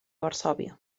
varsòvia